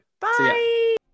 Bye